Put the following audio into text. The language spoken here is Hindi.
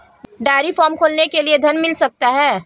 डेयरी फार्म खोलने के लिए ऋण मिल सकता है?